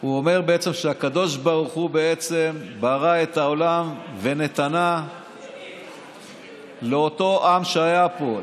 הוא אומר שהקדוש ברוך הוא בעצם ברא את העולם ונתנה לאותו עם שהיה פה,